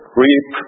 reap